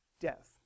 Death